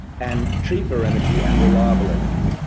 and cheaper energy and reliable energy.